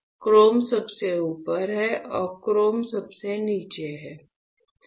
सोना सबसे ऊपर है और क्रोम सबसे नीचे है